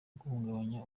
guhungabanya